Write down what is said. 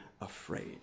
afraid